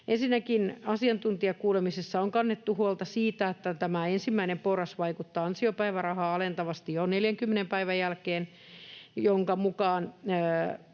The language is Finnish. Ensinnäkin asiantuntijakuulemisissa on kannettu huolta siitä, että tämä ensimmäinen porras vaikuttaa ansiopäivärahaa alentavasti jo 40 päivän jälkeen, minkä mukaan